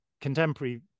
contemporary